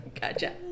Gotcha